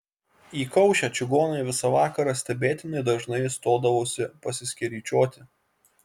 įkaušę čigonai visą vakarą stebėtinai dažnai stodavosi pasiskeryčioti